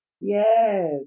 Yes